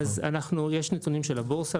יש נתונים של הבורסה,